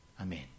Amen